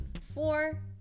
four